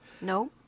No